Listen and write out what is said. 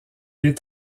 est